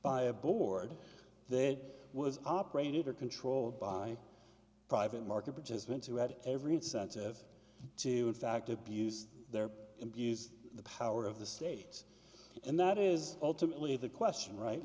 by a board then it was operated or controlled by private market participants who had every incentive to in fact abuse their abuse the power of the state and that is ultimately the question right